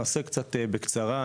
נעשה קצת בקצרה,